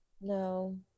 No